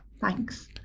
thanks